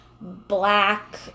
black